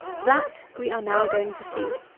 that we are now going to see.